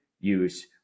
use